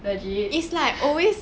legit